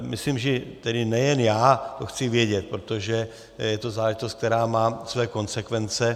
Myslím, že nejen já to chci vědět, protože je to záležitost, která má svoje konsekvence.